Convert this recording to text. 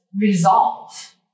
resolve